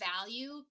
value